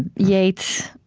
and yeats.